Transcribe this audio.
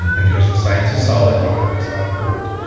and because the science is solid, even if it's not approved.